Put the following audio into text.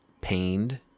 pained